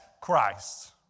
Christ